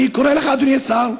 אני קורא לך, אדוני השר: